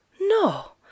No